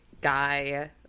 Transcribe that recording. guy